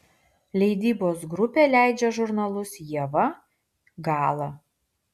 leidybos grupė leidžia žurnalus ieva gala